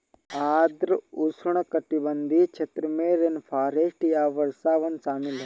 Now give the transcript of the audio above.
आर्द्र उष्णकटिबंधीय क्षेत्र में रेनफॉरेस्ट या वर्षावन शामिल हैं